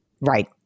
Right